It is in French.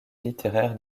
littéraire